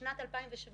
בשנת 2017,